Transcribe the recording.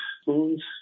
Spoon's